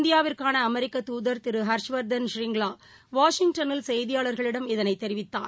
இந்தியாவிற்கானஅமெரிக்கதூதர் திருஹர்ஷ்வர்தன் ஷ்ரிங்வா வாஷிங்டளில் செய்தியாளர்களிடம் இதைத் தெரிவித்தார்